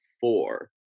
four